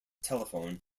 telephone